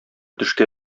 төшкә